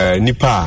nipa